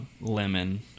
lemon